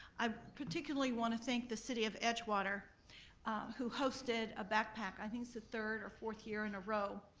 i particularly want to thank the city of edgewater who hosted a backpack, i think it's the third or fourth year in a row,